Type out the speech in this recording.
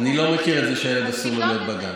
אני לא מכיר את זה שאסור לילד להיות בגן.